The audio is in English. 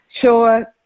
Sure